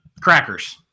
crackers